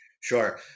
Sure